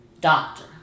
doctor